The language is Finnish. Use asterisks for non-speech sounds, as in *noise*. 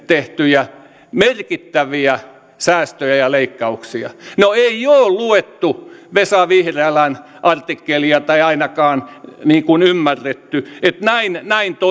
*unintelligible* tehtyjä merkittäviä säästöjä ja leikkauksia no ei ole luettu vesa vihriälän artikkelia tai ainakaan ymmärretty että näin näin